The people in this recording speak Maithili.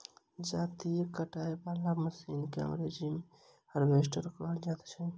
जजाती काटय बला मशीन के अंग्रेजी मे हार्वेस्टर कहल जाइत छै